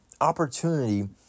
opportunity